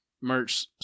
merch